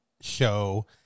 show